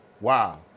Wow